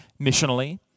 missionally